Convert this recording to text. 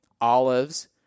olives